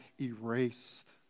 erased